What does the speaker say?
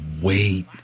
wait